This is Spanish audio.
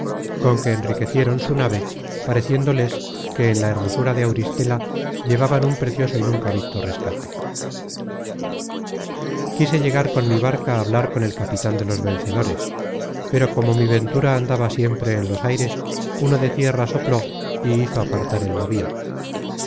con que enriquecieron su nave pareciéndoles que en la hermosura de auristela llevaban un precioso y nunca visto rescate quise llegar con mi barca á hablar con el capitan de los vencedores pero como mi ventura andaba siempre en los aires uno de tierra sopló y hizo apartar el navío